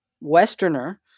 Westerner